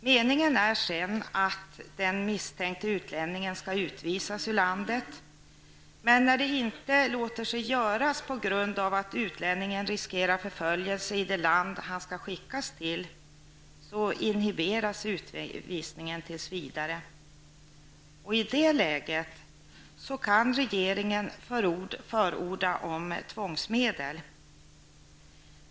Meningen är att den misstänkte utlänningen sedan skall utvisas ur landet. När detta inte låter sig göras på grund av att utlänningen riskerar förföljelse i det land han skall utvisas till inhiberas utvisningen tills vidare. I ett sådant läge kan regeringen förordna om tvångsmedel.